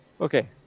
Okay